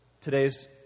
today's